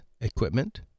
equipment